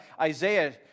Isaiah